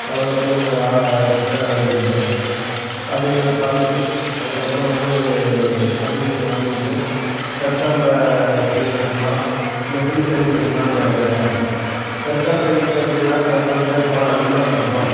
எவ்வளோ தூரத்தில் உங்கள் கிணறு இருக்குது அப்படிங்கிறதப் பார்த்துட்டு அதுக்கப்புறம் வந்து அப்ளிகேஷன் வாங்கிட்டு தட்கலில் சர்வீஸ் வேணுமா இல்லை ஃப்ரீ சர்வீஸ் வேணுமான்னு கேட்கறாங்க தட்கல் சர்வீஸு அப்படின்னா அதுக்குத் தகுந்த மாதிரி பணம் அதிகமாக கட்டணும்